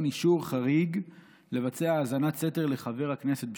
אישור חריג לבצע האזנת סתר לחבר הכנסת בשארה.